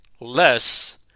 less